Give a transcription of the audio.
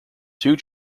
two